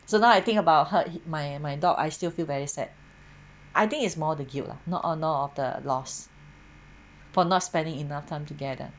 so now I think about hurt my my dog I still feel very sad I think is more the guilt lah not honor of the loss for not spending enough time together